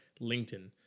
LinkedIn